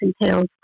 entails